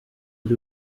uri